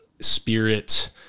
spirit